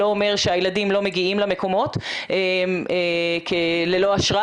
לא אומר שהילדים לא מגיעים למקומות ללא אשרה